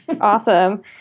Awesome